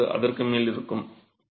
25 அல்லது அதற்கு மேல் இருக்கும்